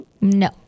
No